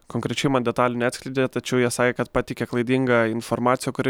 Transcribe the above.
konkrečiai detalių neatskleidė tačiau jie sakė kad pateikia klaidingą informaciją kuri